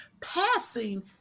Passing